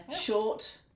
short